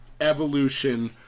Evolution